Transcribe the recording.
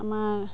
আমাৰ